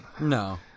No